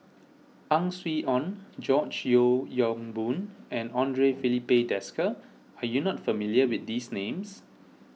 Ang Swee Aun George Yeo Yong Boon and andre Filipe Desker are you not familiar with these names